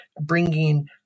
bringing